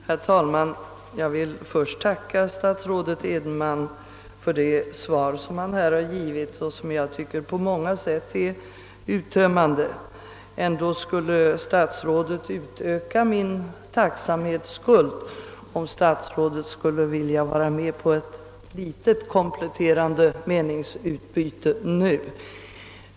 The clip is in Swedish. Herr talman! Jag vill först tacka statsrådet Edenman för interpellationssvaret som jag finner uttömmande på många sätt. ändå skulle statsrådet öka min tacksamhetsskuld om han nu ville deltaga i ett litet kompletterande meningsutbyte.